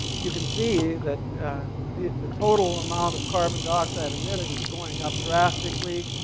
you can see that the the total amount of carbon dioxide emitted is going up drastically,